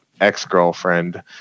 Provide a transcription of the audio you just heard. ex-girlfriend